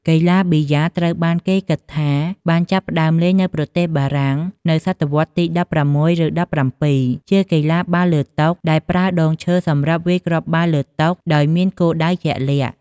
កីឡាប៊ីយ៉ា ត្រូវបានគេគិតថាបានចាប់ផ្តើមលេងនៅប្រទេសបារាំងនៅសតវត្សទី ១៦ ឬ ១៧ ជាកីឡាបាល់លើតុដែលប្រើដងឈើសម្រាប់វាយគ្រាប់បាល់លើតុ ដោយមានគោលដៅជាក់លាក់។